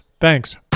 Thanks